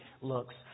looks